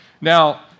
Now